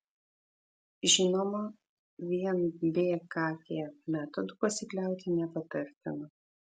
žinoma vien bkt metodu pasikliauti nepatartina